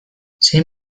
zein